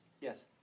Yes